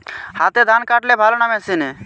হাতে ধান কাটলে ভালো না মেশিনে?